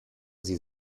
sie